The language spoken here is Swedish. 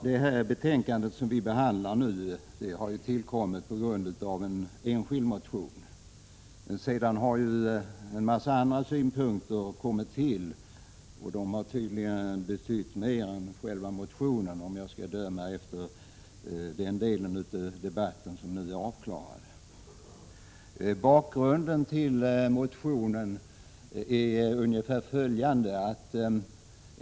Herr talman! Det betänkande som vi nu behandlar baseras ju på en enskild motion. Men sedan har en mängd synpunkter kommit till, och de har tydligen betytt mer än själva motionen, om jag skall döma efter den del av debatten som förevarit. Bakgrunden till motionen är ungefär följande.